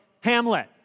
Hamlet